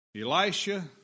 Elisha